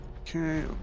Okay